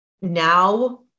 now